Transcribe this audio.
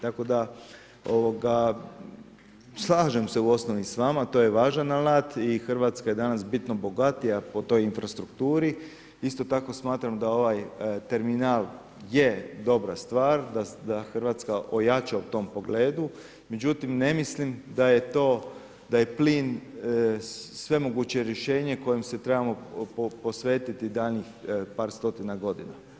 Tako da slažem se u osnovi s vama, to je važan alat i Hrvatska je danas bitno bogatija po toj infrastrukturi, isto tako smatram da ovaj terminal je dobra stvar, da Hrvatska ojača u tom pogledu međutim ne mislim daj e plin svemoguće rješenje kojem se trebamo posvetiti daljnjih par stotina godina.